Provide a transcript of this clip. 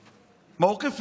העמוקה.